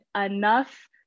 enough